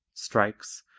strikes,